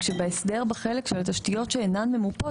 כשבהסדר בחלק של התשתיות שאינן ממופות,